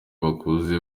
bakuze